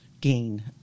gain